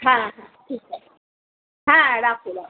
হ্যাঁ হ্যাঁ ঠিক আছে হ্যাঁ রাখো রাখো